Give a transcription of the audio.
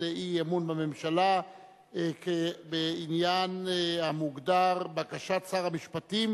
לאי-אמון בממשלה בעניין המוגדר: בקשת שר המשפטים